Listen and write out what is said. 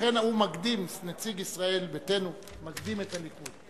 לכן נציג ישראל ביתנו מקדים את הליכוד.